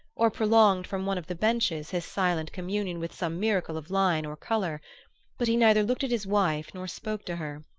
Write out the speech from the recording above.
or prolonged from one of the benches his silent communion with some miracle of line or color but he neither looked at his wife nor spoke to her.